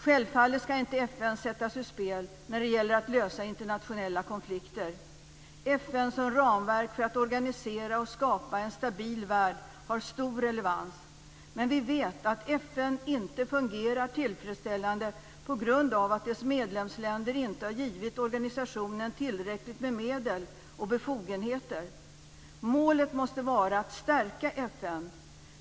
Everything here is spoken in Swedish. Självfallet skall inte FN sättas ur spel när det gäller att lösa internationella konflikter. FN som ramverk för att organisera och skapa en stabil värld har stor relevans. Men vi vet att FN inte fungerar tillfredsställande på grund av att dess medlemsländer inte har givit organisationen tillräckligt med medel och befogenheter. Målet måste vara att stärka FN.